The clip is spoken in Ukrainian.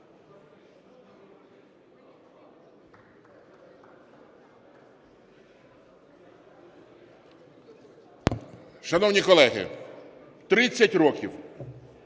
Шановні колеги, 30 років